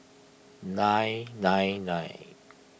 nine nine nine